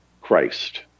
Christ